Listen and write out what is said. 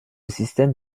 système